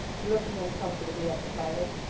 and looking uncomfortably at the fire.